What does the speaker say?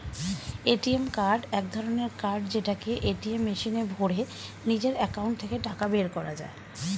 ATM card এক ধরণের card যেটাকে এটিএম মেশিনে ভরে নিজের একাউন্ট থেকে টাকা বের করা যায়